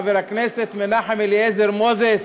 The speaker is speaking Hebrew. חבר הכנסת מנחם אליעזר מוזס.